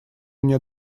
мне